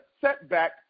setback